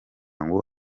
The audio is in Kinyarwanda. ngo